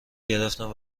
گرفنم